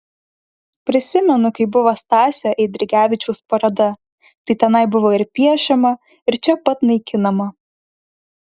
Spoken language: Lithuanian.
prisimenu kai buvo stasio eidrigevičiaus paroda tai tenai buvo ir piešiama ir čia pat naikinama